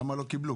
למה לא קיבלו.